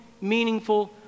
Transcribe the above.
meaningful